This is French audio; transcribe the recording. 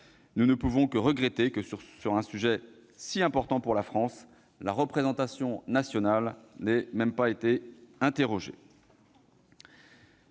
Nous ne pouvons que regretter que, sur un sujet si important pour la France, la représentation nationale n'ait même pas été interrogée.